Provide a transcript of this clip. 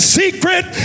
secret